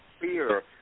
fear